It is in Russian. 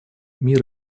мир